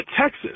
Texas